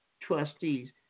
trustees